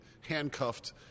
handcuffed